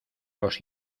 los